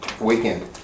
Weekend